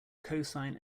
cosine